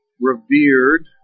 revered